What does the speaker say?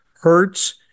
Hertz